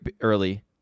early